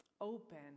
Open